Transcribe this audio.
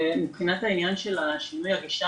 מבחינת העניין של שינוי הגישה,